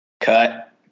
Cut